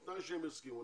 בתנאי שהם יסכימו,